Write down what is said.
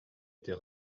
bien